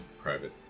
private